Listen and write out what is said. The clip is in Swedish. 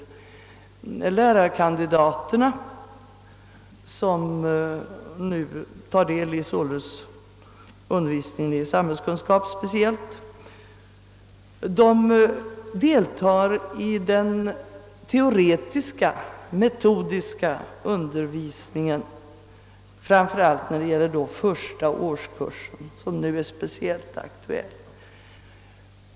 De lärarkandidater som nu bevistar undervisningen i samhällskunskap deltar i den teoretiska, metodiska undervisningen när det gäller första årskursen, som här är speciellt aktuell.